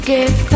Give